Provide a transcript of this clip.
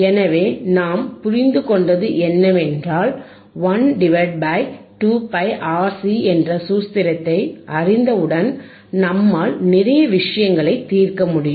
எனவே நாம் புரிந்துகொண்டது என்னவென்றால் 1 2πRC என்ற சூத்திரத்தை அறிந்தவுடன் நம்மால் நிறைய விஷயங்களைத் தீர்க்க முடியும்